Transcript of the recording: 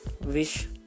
wish